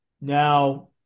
Now